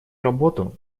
работу